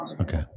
Okay